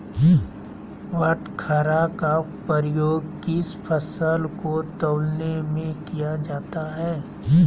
बाटखरा का उपयोग किस फसल को तौलने में किया जाता है?